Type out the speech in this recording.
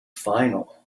final